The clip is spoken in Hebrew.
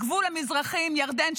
הגבול המזרחי עם ירדן,